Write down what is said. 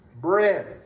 bread